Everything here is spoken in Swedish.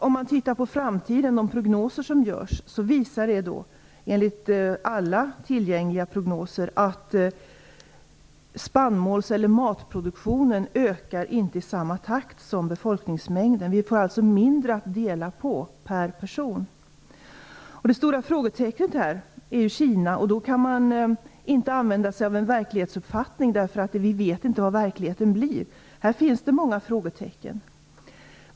Om man tittar på alla tillgängliga prognoser som görs för framtiden visar de att spannmåls eller matproduktionen inte ökar i samma takt som folkmängden. Vi får alltså mindre att dela på per person. Det stora frågetecknet här är Kina. Då kan man inte använda sig av en verklighetsuppfattning, för vi vet inte hur verkligheten blir. Här finns det många frågetecken.